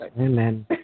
amen